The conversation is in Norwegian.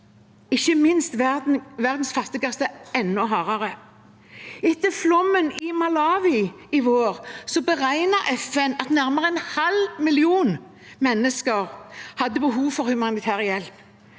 treffer verdens fattigste enda hardere. Etter flommen i Malawi i vår beregnet FN at nærmere en halv million mennesker hadde behov for humanitær hjelp.